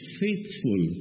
faithful